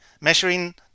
Measuring